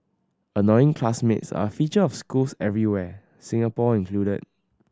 annoying classmates are a feature of schools everywhere Singapore included